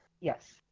Yes